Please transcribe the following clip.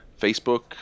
Facebook